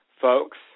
folks